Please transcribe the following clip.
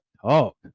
Talk